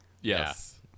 Yes